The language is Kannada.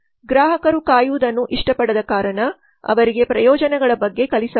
ಗ್ರಾಹಕರು ಕಾಯುವುದನ್ನು ಇಷ್ಟಪಡದ ಕಾರಣ ಅವರಿಗೆ ಪ್ರಯೋಜನಗಳ ಬಗ್ಗೆ ಕಲಿಸಬಹುದು